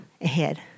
ahead